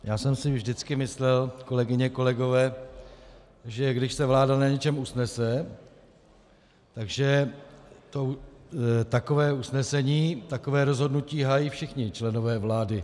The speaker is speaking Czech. Já jsem si vždycky myslel, kolegyně, kolegové, že když se vláda na něčem usnese, že takové usnesení, takové rozhodnutí hájí všichni členové vlády.